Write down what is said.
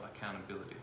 accountability